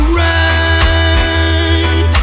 right